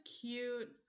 cute